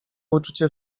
uczucie